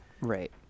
Right